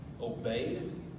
obeyed